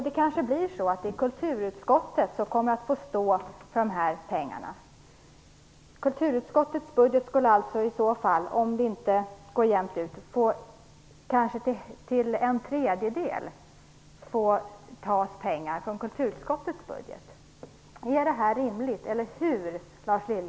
Det blir kanske kulturutskottet som får stå för dessa pengar. Om det inte går jämnt upp skulle kanske en tredjedel av kulturutskottets budget tas till detta. Är detta rimligt?